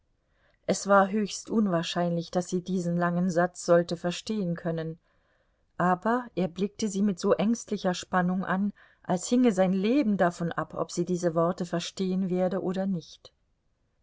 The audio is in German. es war höchst unwahrscheinlich daß sie diesen langen satz sollte verstehen können aber er blickte sie mit so ängstlicher spannung an als hinge sein leben davon ab ob sie diese worte verstehen werde oder nicht